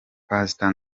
pastor